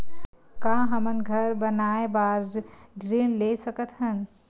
का हमन घर बनाए बार ऋण ले सकत हन?